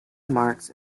marks